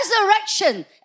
resurrection